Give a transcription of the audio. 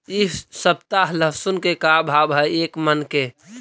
इ सप्ताह लहसुन के का भाव है एक मन के?